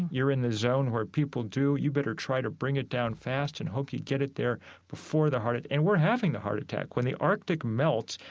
you're in the zone where people do. you better try to bring it down fast and hope you get it there before the heart attack. and we're having the heart attack. when the arctic melts,